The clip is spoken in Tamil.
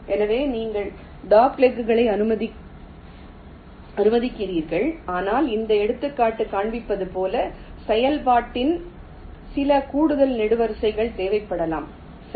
எனவே நீங்கள் டாக்லெக்குகளை அனுமதிக்கிறீர்கள் ஆனால் இந்த எடுத்துக்காட்டு காண்பிப்பது போல் செயல்பாட்டில் சில கூடுதல் நெடுவரிசைகள் தேவைப்படலாம் சரி